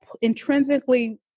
intrinsically